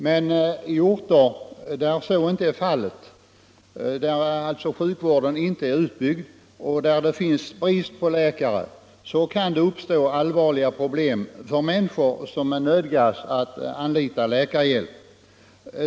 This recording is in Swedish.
Men i orter där — sök så inte är fallet — där alltså sjukvården inte är utbyggd och där det är brist på läkare — kan det uppstå allvarliga problem för människor som nödgas anlita läkarhjälp.